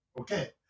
okay